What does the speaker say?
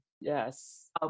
Yes